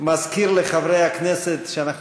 אני בכל זאת מזכיר לחברי הכנסת שאנחנו